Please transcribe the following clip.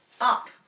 Up